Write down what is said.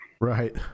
Right